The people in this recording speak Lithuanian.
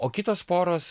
o kitos poros